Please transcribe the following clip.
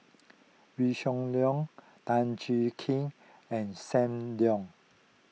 Wee Shoo Leong Tan Jiak Kim and Sam Leong